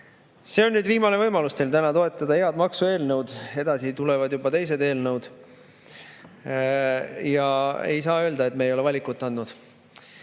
See on täna viimane võimalus teil toetada head maksueelnõu. Edasi tulevad juba teised eelnõud. Ei saa öelda, et me ei ole valikut andnud,